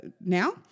now